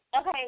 Okay